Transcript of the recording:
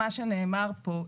פה,